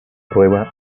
prueba